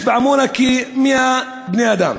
יש בעמונה כ-100 בני-אדם.